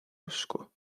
usku